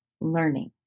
learning